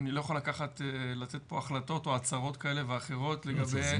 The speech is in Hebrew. אני לא יכול לתת פה החלטות או הצהרות כאלה ואחרות לגבי העו"סים.